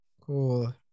Cool